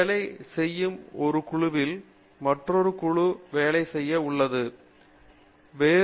வேலை செய்யும் ஒரு குழுவில் மற்றொரு குழு வேலை செய்யும் திட்டம் உள்ளது